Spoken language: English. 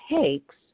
takes